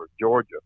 Georgia